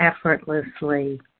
effortlessly